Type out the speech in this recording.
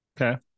okay